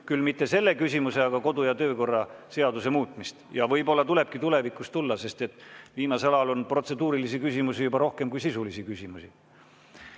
küll mitte selle küsimuse, vaid kodu- ja töökorra seaduse muutmist. Võib‑olla tulebki tulevikus [selle juurde] tulla, sest viimasel ajal on protseduurilisi küsimusi juba rohkem kui sisulisi küsimusi. Kalle